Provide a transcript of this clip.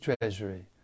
treasury